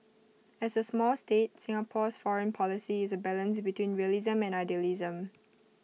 as A small state Singapore's foreign policy is A balance between realism and idealism